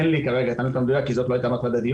אין לי נתון מדויק כרגע כי זו לא הייתה מטרת הדיון.